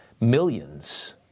Millions